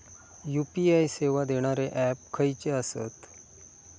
UPI सेवा देणारे app खयचे आसत?